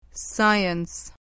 Science